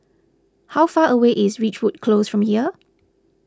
how far away is Ridgewood Close from here